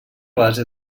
base